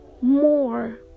more